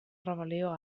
rebel·lió